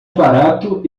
barato